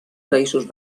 països